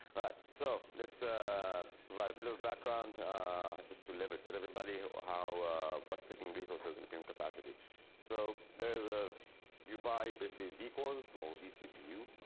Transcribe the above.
right so let's provide a bit of of background ah just delivered said everybody how what's taking resources in capacity so there is a you by basically v corps nor v cpu.